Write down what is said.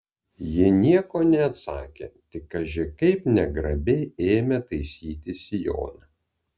ji nieko neatsakė tik kaži kaip negrabiai ėmė taisytis sijoną